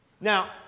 Now